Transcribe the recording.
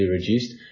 reduced